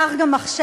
כך גם עכשיו,